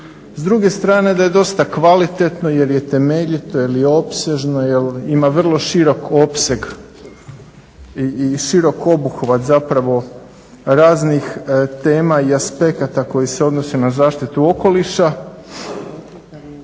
s druge strane da je dosta kvalitetno jer je temeljito i opsežno i ima vrlo širok opseg i širok obuhvat raznih tema i aspekata koji se odnose na zaštitu okoliša,